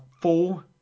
Four